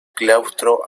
claustro